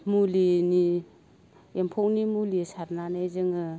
मुलिनि एम्फौनि मुलि सारनानै जोङो